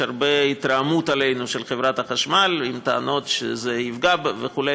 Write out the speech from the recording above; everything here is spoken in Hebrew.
יש התרעמות רבה של חברת החשמל עלינו בטענות שזה יפגע בה וכו',